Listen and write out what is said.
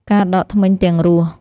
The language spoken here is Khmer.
ការដកធ្មេញទាំងរស់។